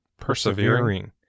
persevering